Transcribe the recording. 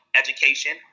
education